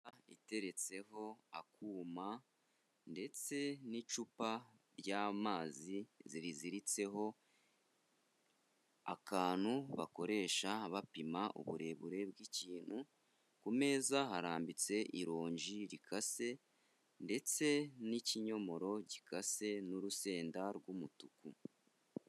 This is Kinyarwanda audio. Iteretseho akuma ndetse n'icupa ry'amazi ziriziritseho akantu bakoresha bapima uburebure bw'ikintu ku meza harambitse irongi rikase ndetse n'ikinyomoro gikase n'urusenda rw'umutuku.